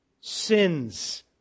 sins